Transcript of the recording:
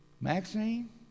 Maxine